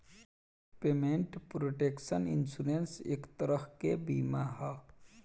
payment protection insurance एक तरह के बीमा ह